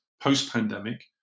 Post-pandemic